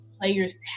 players